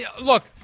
look